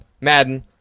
Madden